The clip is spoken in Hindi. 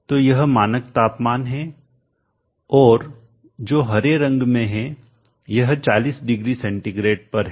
तो यह मानक तापमान है और जो हरे रंग में है यह 40 डिग्री सेंटीग्रेड पर है